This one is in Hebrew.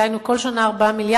דהיינו כל שנה 4 מיליארד,